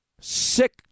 Sick